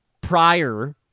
prior